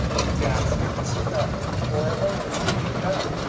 he gasped. is it not horrible? how did you come?